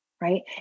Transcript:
right